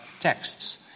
texts